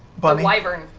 but wyvern.